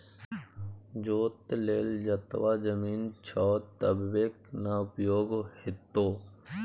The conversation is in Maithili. जोत लेल जतबा जमीन छौ ततबेक न उपयोग हेतौ